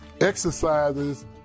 exercises